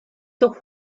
doch